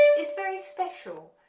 is very special,